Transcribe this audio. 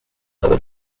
other